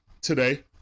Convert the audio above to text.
today